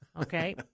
Okay